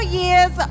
years